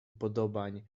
upodobań